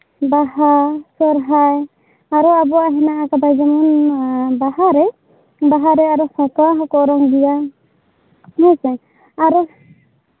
ᱵᱟᱦᱟ ᱥᱚᱦᱨᱟᱭ ᱟᱨᱦᱚᱸ ᱟᱵᱚᱣᱟᱜ ᱦᱮᱱᱟᱜ ᱟᱵᱚ ᱡᱮᱢᱚᱱ ᱵᱟᱦᱟᱨᱮ ᱟᱨᱚ ᱥᱟᱠᱣᱟ ᱦᱚᱸᱠᱚ ᱚᱨᱚᱝ ᱜᱮᱭᱟ ᱦᱮᱸᱥᱮ ᱟᱨ